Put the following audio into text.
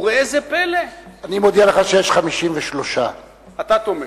וראה זה פלא, אני מודיע לך שיש 53. אתה תומך.